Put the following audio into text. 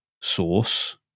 source